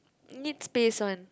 needs space one